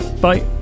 bye